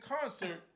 concert